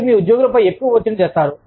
మీరు మీ ఉద్యోగులపై ఎక్కువ ఒత్తిడి తెస్తారు